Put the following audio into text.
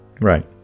Right